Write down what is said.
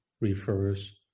Refers